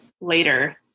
later